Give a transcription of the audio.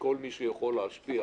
לכל מי שיכול להשפיע